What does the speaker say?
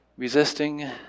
resisting